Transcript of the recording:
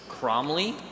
Cromley